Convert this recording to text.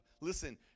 Listen